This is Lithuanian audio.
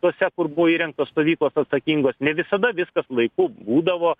tose kur buvo įrengtos stovyklos atsakingos ne visada viskas laiku būdavo